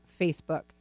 Facebook